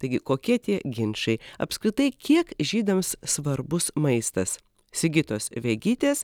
taigi kokie tie ginčai apskritai kiek žydams svarbus maistas sigitos vegytės